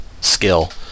skill